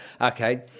okay